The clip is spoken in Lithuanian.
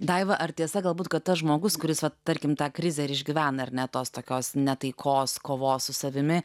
daiva ar tiesa galbūt kad tas žmogus kuris tarkim tą krizę išgyvena ar ne tos tokios ne taikos kovos su savimi